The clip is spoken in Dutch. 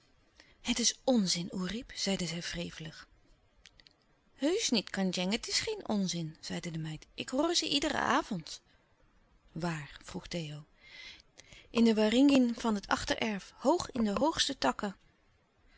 het is onzin oerip zeide zij wrevelig heusch niet kandjeng het is geen onzin zeide de meid ik hoor ze iederen avond louis couperus de stille kracht waar vroeg theo in den waringin van het achtererf hoog in de hoogste takken